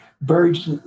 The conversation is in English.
birds